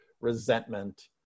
resentment